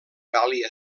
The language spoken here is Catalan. gàl·lia